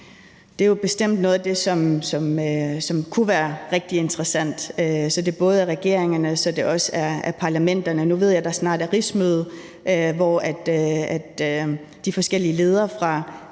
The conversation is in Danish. Det er jo bestemt noget af det, som kunne være rigtig interessant, så det både omfatter regeringerne og parlamenterne. Nu ved jeg, at der snart er rigsmøde, hvor de forskellige ledere fra